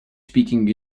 speaking